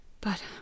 But